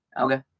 Okay